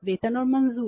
वेतन और मजदूरी